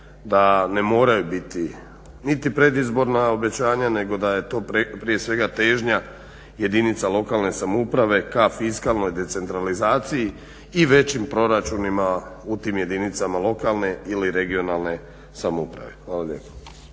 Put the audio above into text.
da ne moraju biti niti predizborna obećanja nego da je to prije svega težnja jedinica lokalne samouprave ka fiskalnoj decentralizaciji i većim proračunima u tim jedinicama lokalne ili regionalne samouprave. Hvala lijepo.